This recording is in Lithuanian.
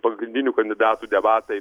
pagrindinių kandidatų debatai